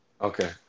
Okay